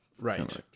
right